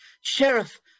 Sheriff